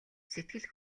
сэтгэл